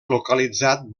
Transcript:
localitzat